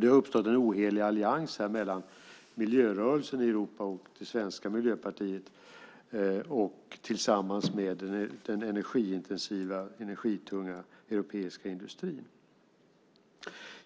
Det har uppstått en ohelig allians här mellan miljörörelsen i Europa, det svenska Miljöpartiet och den energiintensiva, energitunga europeiska industrin.